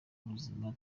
buzima